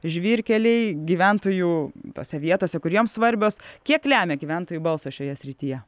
žvyrkeliai gyventojų tose vietose kur jom svarbios kiek lemia gyventojų balsas šioje srityje